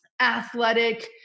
athletic